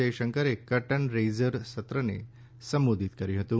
જયશંકરે curtain raiser સત્રને સંબોધિત કર્યું હતું